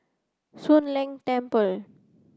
Soon Leng Temple